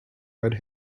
red